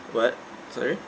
what sorry